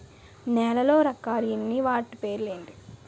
నేలలో రకాలు ఎన్ని వాటి పేర్లు ఏంటి?